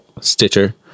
Stitcher